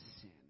sin